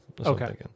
Okay